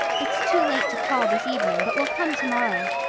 it's too late to call this evening, but we'll come tomorrow.